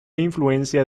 influencia